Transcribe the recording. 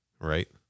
right